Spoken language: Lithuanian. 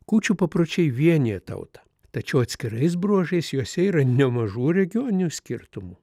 kūčių papročiai vienija tautą tačiau atskirais bruožais juose yra nemažų regioninių skirtumų